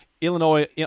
Illinois